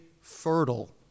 fertile